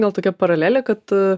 gal tokia paralelė kad